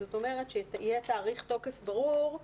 זאת אומרת שיהיה תאריך תוקף ברור,